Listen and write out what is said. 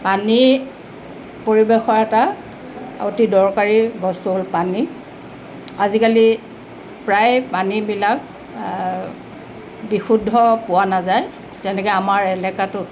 পানী পৰিৱেশৰ এটা অতি দৰকাৰী বস্তু হ'ল পানী আজিকালি প্ৰায় পানীবিলাক বিশুদ্ধ পোৱা নাযাই যেনেকৈ আমাৰ এলেকাটোত